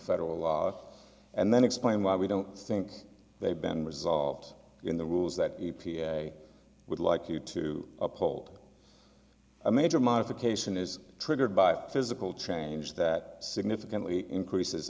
federal law and then explain why we don't think they've been resolved in the rules that would like you to uphold a major modification is triggered by physical change that significantly increases